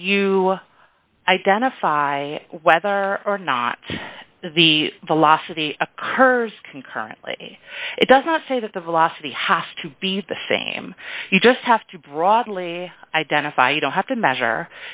you identify whether or not the velocity occurs concurrently it does not say that the velocity has to be the same you just have to broadly identify you don't have to measure